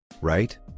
Right